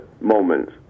moments